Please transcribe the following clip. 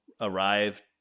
arrive